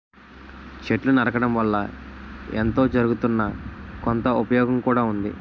చెట్లు నరకడం వల్ల ఎంతో జరగుతున్నా, కొంత ఉపయోగం కూడా ఉంది